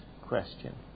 question